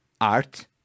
art